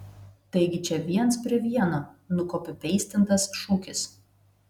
taigi čia viens prie vieno nukopipeistintas šūkis